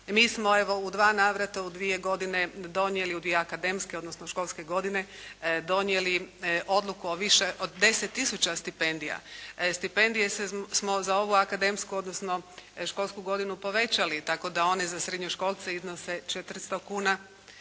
Mi smo evo u dva navrata u dvije godine donijeli u dvije akademske, odnosno školske godine, donijeli odluku o više od 10 tisuća stipendija. Stipendije smo za ovu akademsku, odnosno školsku godinu povećali tako da one za srednjoškolce iznose 400 kuna,